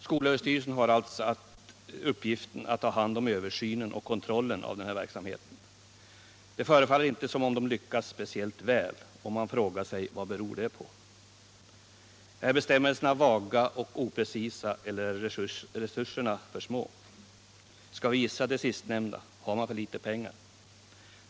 Skolöverstyrelsen har alltså uppgiften att ta hand om översynen och kontrollen över den här verksamheten. Det förefaller inte som om det lyckats speciellt väl, och man frågar sig vad det beror på. Är bestämmelserna för vaga och oprecisa, eller är resurserna för små? Skall vi gissa på det sistnämnda — har man för litet pengar?